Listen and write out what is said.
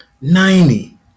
ninety